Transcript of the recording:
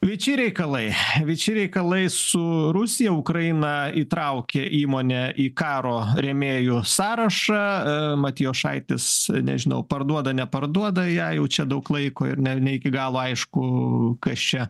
viči reikalai viči reikalai su rusija ukraina įtraukė įmonę į karo rėmėjų sąrašą matijošaitis nežinau parduoda neparduoda ją jau čia daug laiko ir ne iki galo aišku kas čia